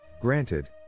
Granted